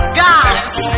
guys